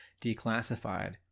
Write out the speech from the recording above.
declassified